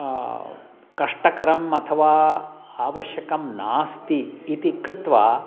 कष्टकरम् अथवा आवश्यकं नास्ति इति कृत्वा